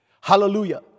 Hallelujah